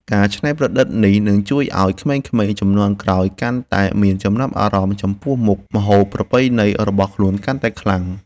ការច្នៃប្រឌិតនេះនឹងជួយឱ្យក្មេងៗជំនាន់ក្រោយកាន់តែមានចំណាប់អារម្មណ៍ចំពោះមុខម្ហូបប្រពៃណីរបស់ខ្លួនកាន់តែខ្លាំង។